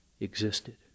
existed